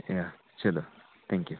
या चलो थँक्यू